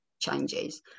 changes